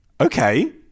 Okay